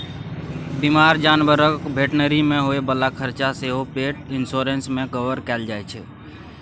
बीमार जानबरक भेटनरी मे होइ बला खरचा सेहो पेट इन्स्योरेन्स मे कवर कएल जाइ छै